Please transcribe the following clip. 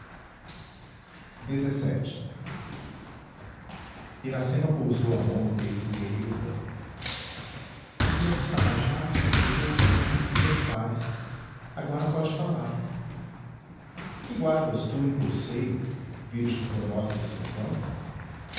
de separar te dele iracema pousou a mão no peito do guerreiro branco a filha dos tabajaras já deixou os campos de seus pais agora pode falar que guardas tu em teu seio virgem formosa do sertão